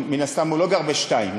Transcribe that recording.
מן הסתם הוא לא גר בשתיים,